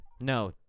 No